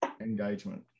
engagement